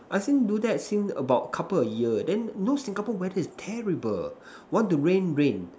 I since do that since about couple of year than you know Singapore weather is terrible want to rain rain